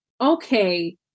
okay